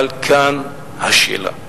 אבל כאן השאלה.